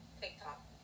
TikTok